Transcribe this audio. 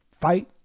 fight